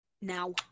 Now